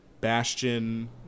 Bastion